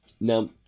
Now